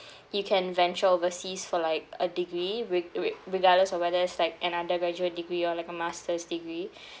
you can venture overseas for like a degree re~ re~ regardless of whether it's like an undergraduate degree or like a master's degree